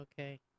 Okay